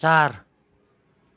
चार